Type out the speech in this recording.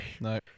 No